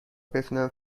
بتونن